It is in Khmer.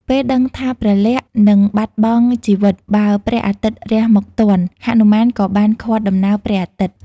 ពេលដឹងថាព្រះលក្សណ៍នឹងបាត់បង់ជីវិតបើព្រះអាទិត្យរះមកទាន់ ហនុមានក៏បានឃាត់ដំណើរព្រះអាទិត្យ។